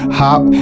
hop